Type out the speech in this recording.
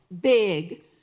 big